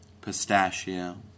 Pistachio